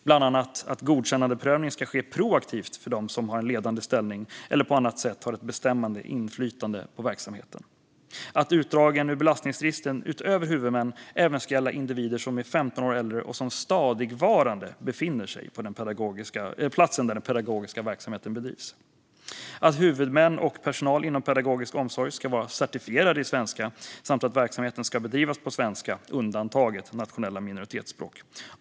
Bland annat ska godkännandeprövning ske proaktivt för dem som har en ledande ställning eller på annat sätt har ett bestämmande inflytande på verksamheten. Utdrag ur belastningsregister utöver huvudmännen ska även gälla för individer som är 15 eller äldre och som stadigvarande befinner sig på platsen där den pedagogiska verksamheten bedrivs. Huvudmän och personal inom pedagogisk omsorg ska vara certifierade i svenska, och verksamheten ska bedrivas på svenska, undantaget nationella minoritetsspråk.